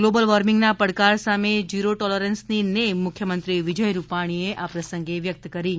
global વોર્મિંગના પડકાર સામે ઝીરો ટોલરન્સની નેમ મુખ્યમંત્રી વિજય રૂપાણીએ વ્યક્ત કરી છે